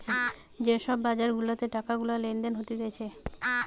যে সব বাজার গুলাতে টাকা গুলা লেনদেন হতিছে